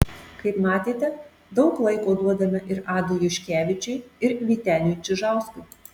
kaip matėte daug laiko duodame ir adui juškevičiui ir vyteniui čižauskui